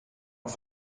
auf